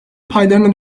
paylarına